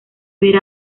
ver